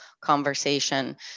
conversation